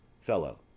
Fellow